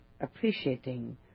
appreciating